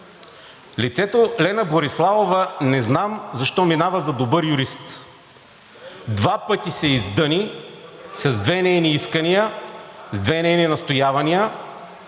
Лицето Лена Бориславова – не знам защо минава за добър юрист! Два пъти се издъни с две нейни искания, с две нейни настоявания,